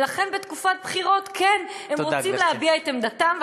ולכן בתקופת בחירות כן הם רוצים להביע את עמדתם,